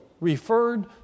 referred